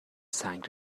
سنگ